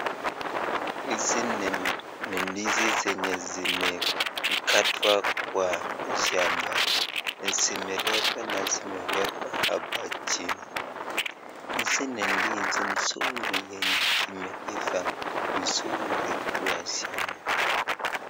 Hizi ni ndizi zenye zimekatwa kwa shama. Zimeletwa na zimewekwa hapa chini, hizi ni ndizi mzuri zenye zimeiva kwa shamba.